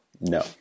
No